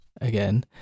again